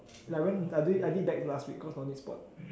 like when I did I did back last week cause no need spot